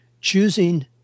choosing